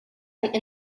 and